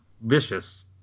vicious